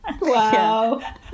Wow